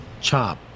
chop